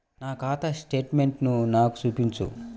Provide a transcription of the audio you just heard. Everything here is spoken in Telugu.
నా ఖాతా స్టేట్మెంట్ను నాకు చూపించు